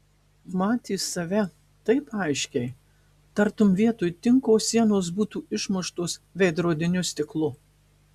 matė save taip aiškiai tartum vietoj tinko sienos būtų išmuštos veidrodiniu stiklu